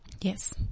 Yes